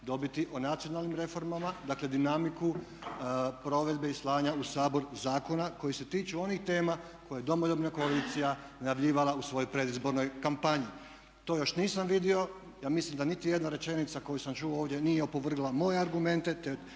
dobiti o nacionalnim reformama, dakle dinamiku provedbe i slanja u Sabor zakona koji se tiču onih tema koje je Domoljubna koalicija najavljivala u svojoj predizbornoj kampanji. To još nisam vidio. Ja mislim da niti jedna rečenica koju sam čuo ovdje nije opovrgla moje argumente,